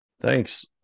Thanks